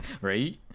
Right